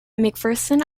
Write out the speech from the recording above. mcpherson